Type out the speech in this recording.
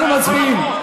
אנחנו מצביעים.